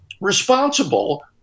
responsible